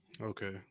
Okay